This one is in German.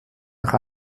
nach